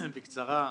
בקצרה,